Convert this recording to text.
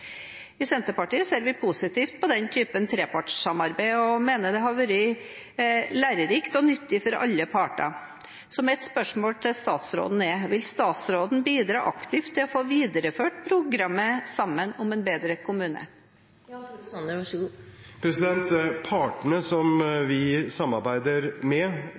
I Senterpartiet ser vi positivt på den typen trepartssamarbeid og mener det har vært lærerikt og nyttig for alle parter. Mitt spørsmål til statsråden er: Vil statsråden bidra aktivt til å få videreført programmet «Sammen om en bedre kommune»? Partene som vi samarbeider med, LO, Akademikerne, Unio, YS og KS, er enige om at programmet skulle avsluttes i tråd med